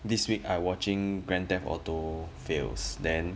this week I watching grand theft auto fails then